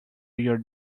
your